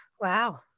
wow